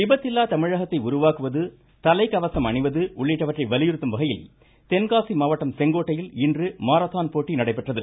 விபத்தில்லா தமிழகத்தை உருவாக்குவது தலைக்கவசம் அணிவது உள்ளிட்டவற்றை வலியுறுத்தும் வகையில் தென்காசி மாவட்டம் செங்கோட்டையில் இன்று மாரத்தான் போட்டி நடைபெற்றது